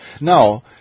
Now